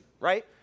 Right